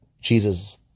Jesus